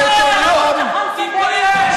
לרקוד ככה על הדם?